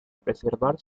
preservar